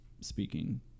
speaking